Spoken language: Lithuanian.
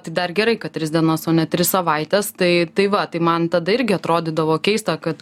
tai dar gerai kad tris dienas o ne tris savaites tai tai va tai man tada irgi atrodydavo keista kad